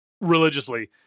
religiously